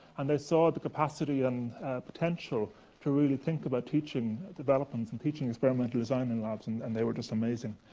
and they saw the capacity and potential to really think about teaching developments and teaching experimental design in labs and and they were just amazing.